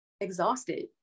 exhausted